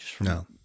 No